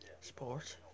sport